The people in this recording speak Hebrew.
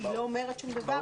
היא לא אומרת שום דבר.